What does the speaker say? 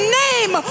name